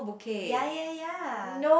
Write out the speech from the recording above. ya ya ya